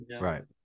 Right